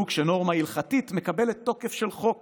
והוא כשנורמה הלכתית מקבלת תוקף של חוק